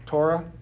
Torah